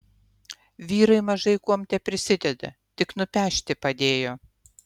vyrai mažai kuom teprisideda tik nupešti padėjo